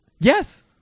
Yes